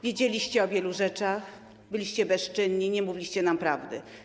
Wiedzieliście o wielu rzeczach, byliście bezczynni, nie mówiliście nam prawdy.